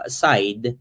side